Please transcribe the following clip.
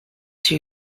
two